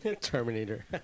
Terminator